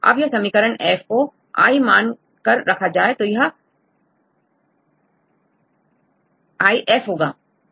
अब यह समीकरण F को 1 मान कर रखा जाए तो 1 F होगा